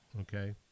Okay